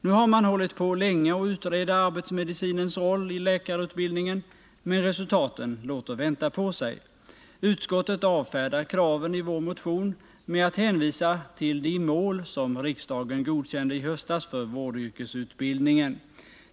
Nu har man hållit på länge att utreda arbetsmedicinens roll i läkarutbildningen, men resultaten låter vänta på sig. Utskottet avfärdar kraven i vår motion med att hänvisa till de mål som riksdagen godkände i höstas för vårdyrkesutbildningen.